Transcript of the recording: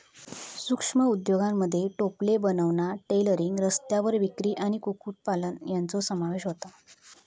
सूक्ष्म उद्योगांमध्ये टोपले बनवणा, टेलरिंग, रस्त्यावर विक्री आणि कुक्कुटपालन यांचो समावेश होता